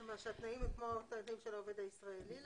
זאת אומרת, שהתנאים הם כמו של העובד הישראלי.